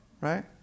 Right